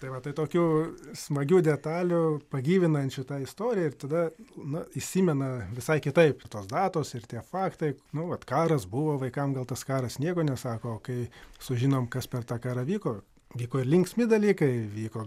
tai va tai tokių smagių detalių pagyvinančių tą istoriją ir tada nu įsimena visai kitaip tos datos ir tie faktai nu vat karas buvo vaikam gal tas karas nieko nesako o kai sužinom kas per tą karą vyko vyko ir linksmi dalykai vyko